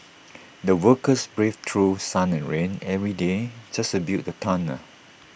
the workers braved through sun and rain every day just to build the tunnel